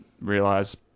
realize